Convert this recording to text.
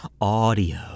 audio